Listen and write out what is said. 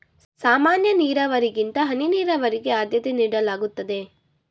ಸಾಮಾನ್ಯ ನೀರಾವರಿಗಿಂತ ಹನಿ ನೀರಾವರಿಗೆ ಆದ್ಯತೆ ನೀಡಲಾಗುತ್ತದೆ